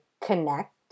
connect